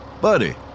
Buddy